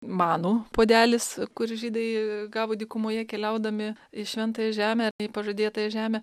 manu puodelis kur žydai gavo dykumoje keliaudami į šventąją žemę į pažadėtąją žemę